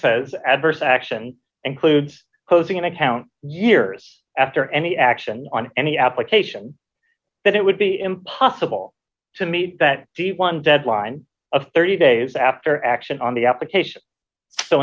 says adverse actions and clues closing in account years after any action on any application that it would be impossible to meet that one deadline of thirty days after action on the application so